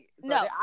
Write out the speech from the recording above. No